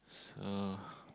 so